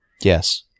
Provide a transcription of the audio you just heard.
Yes